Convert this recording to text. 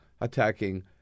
attacking